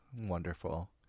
Wonderful